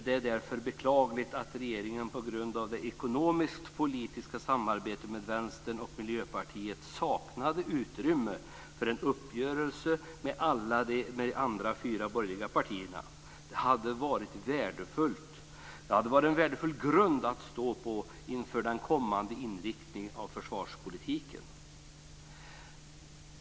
Det är därför beklagligt att regeringen på grund av det ekonomisk-politiska samarbetet med Vänstern och Miljöpartiet saknade utrymme för en uppgörelse med alla de andra fyra borgerliga partierna. Det hade varit en värdefull grund att stå på inför den kommande inriktningen av försvarspolitiken.